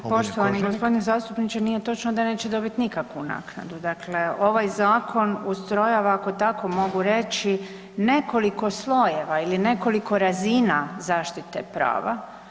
Nije točno poštovani gospodine zastupniče, nije točno da neće dobiti nikakvu naknadu, dakle ovaj zakon ustrojava ako tako mogu reći, nekoliko slojeva ili nekoliko razina zaštite prava.